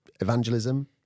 evangelism